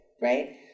Right